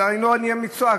ואני לא איש מקצוע,